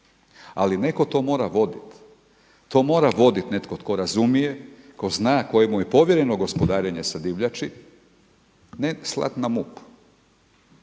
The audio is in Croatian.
ali neko to mora voditi. To mora voditi netko tko razumije, tko zna, kojemu je povjereno gospodarenje sa divljači. Ne slat na MUP,